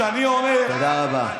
כשאני אומר, תודה רבה.